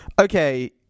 okay